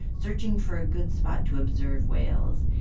searching for a good spot to observe whales.